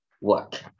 work